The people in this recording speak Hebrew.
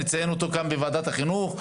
נציין אותו כאן בוועדת החינוך,